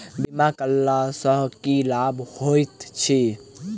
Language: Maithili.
बीमा करैला सअ की लाभ होइत छी?